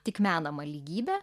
tik menamą lygybę